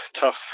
tough